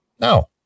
No